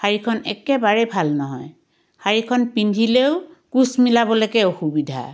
শাৰীখন একেবাৰেই ভাল নহয় শাৰীখন পিন্ধিলেও কুচ মিলাবলৈকে অসুবিধা